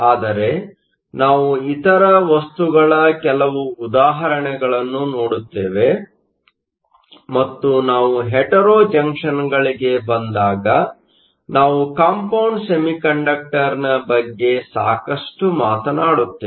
ಆದರೆ ನಾವು ಇತರ ವಸ್ತುಗಳ ಕೆಲವು ಉದಾಹರಣೆಗಳನ್ನು ನೋಡುತ್ತೇವೆ ಮತ್ತು ನಾವು ಹೆಟೆರೊ ಜಂಕ್ಷನ್ಗಳಿಗೆ ಬಂದಾಗ ನಾವು ಕಂಪೌಂಡ್ ಸೆಮಿಕಂಡಕ್ಟರ್Compound Semiconductor ನ ಬಗ್ಗೆ ಸಾಕಷ್ಟು ಮಾತನಾಡುತ್ತೇವೆ